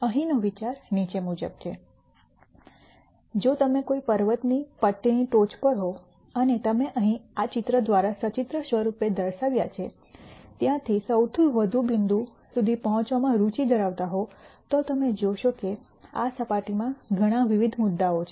અહીંનો વિચાર નીચે મુજબ છે જો તમે કોઈ પર્વતની પટ્ટીની ટોચ પર હોવ અને તમે અહીં આ ચિત્ર દ્વારા સચિત્ર રૂપે દર્શાવ્યા છે ત્યાંથી સૌથી વધુ બિંદુ સુધી પહોંચવામાં રુચિ ધરાવતા હો તો તમે જોશો કે આ સપાટીમાં ઘણાં વિવિધ મુદ્દાઓ છે